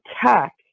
tech